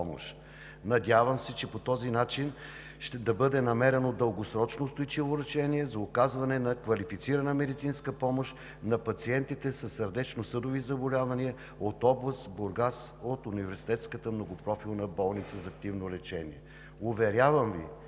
Надявам се, че по този начин ще бъде намерено дългосрочно устойчиво решение за оказване на квалифицирана медицинска помощ на пациентите със сърдечно-съдови заболявания от област Бургас от Университетската многопрофилна болница за активно лечение. Уверявам Ви,